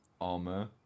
armor